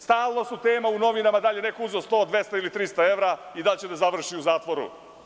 Stalno su tema u novinama da li je neko uzeo 100, 200 ili 300 evra i da li će da završi u zatvoru.